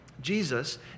Jesus